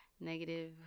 negative